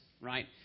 right